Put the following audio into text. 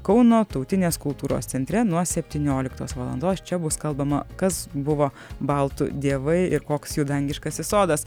kauno tautinės kultūros centre nuo septynioliktos valandos čia bus kalbama kas buvo baltų dievai ir koks jų dangiškasis sodas